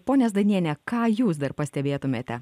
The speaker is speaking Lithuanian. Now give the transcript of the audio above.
ponia zdaniene ką jūs dar pastebėtumėte